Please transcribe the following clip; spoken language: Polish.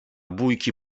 bójki